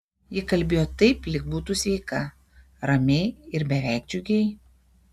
ji kalbėjo taip lyg būtų sveika ramiai ir beveik džiugiai